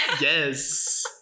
Yes